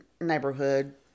neighborhood